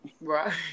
Right